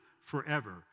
forever